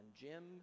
jim